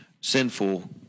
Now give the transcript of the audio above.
sinful